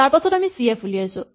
তাৰপাছত আমি C F উলিয়াইছো